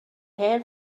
hen